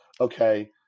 okay